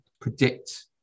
predict